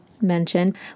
mentioned